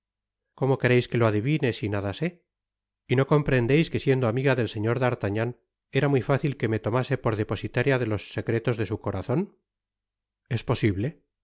como quereis que lo adivine si nada sé y no comprendeis que siendo amiga del señor d artagnan era muy fágil que me tomase por depositaría de los secretos de su corazon f es posible